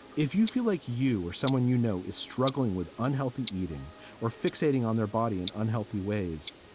if you feel like you or someone you know is struggling with unhealthy eating or fixating on their body in unhealthy ways,